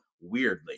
weirdly